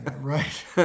right